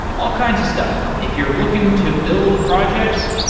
all kinds of stuff. if you're looking to build projects,